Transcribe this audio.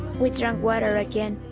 we drank water again.